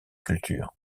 cultures